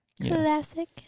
Classic